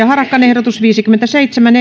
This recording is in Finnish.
harakan ehdotus kuusikymmentäseitsemän